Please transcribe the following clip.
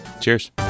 cheers